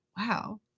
wow